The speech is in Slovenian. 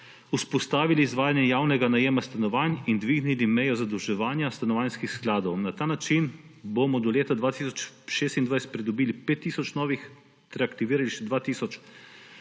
vzpostavili izvajanje javnega najema stanovanj in dvignili mejo zadolževanja stanovanjskih skladov. Na ta način bomo do leta 2026 pridobili 5 tisoč novih ter aktivirali še še